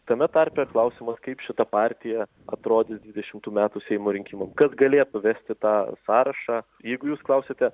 tame tarpe klausimas kaip šita partija atrodys dvidešimtų metų seimo rinkimam kas galėtų vesti tą sąrašą jeigu jūs klausiate